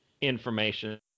information